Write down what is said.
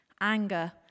Anger